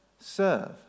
serve